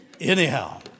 Anyhow